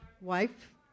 wife